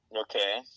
Okay